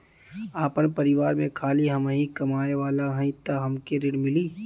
आपन परिवार में खाली हमहीं कमाये वाला हई तह हमके ऋण मिली?